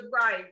right